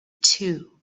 too